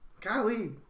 golly